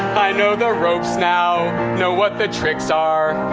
i know the ropes now, know what the tricks are.